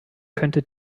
könnte